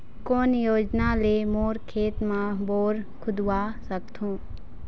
कोन योजना ले मोर खेत मा बोर खुदवा सकथों?